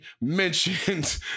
mentioned